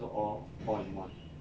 so all four in one